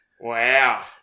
wow